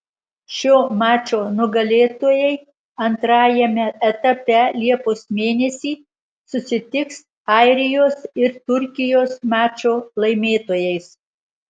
šio mačo nugalėtojai antrajame etape liepos mėnesį susitiks airijos ir turkijos mačo laimėtojais